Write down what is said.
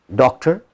doctor